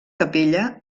capella